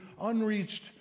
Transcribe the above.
unreached